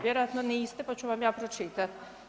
Vjerojatno niste, pa ću vam ja pročitat.